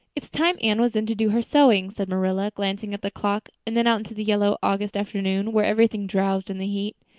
it's time anne was in to do her sewing, said marilla, glancing at the clock and then out into the yellow august afternoon where everything drowsed in the heat.